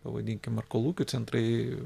pavadinkim ar kolūkių centrai